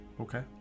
Okay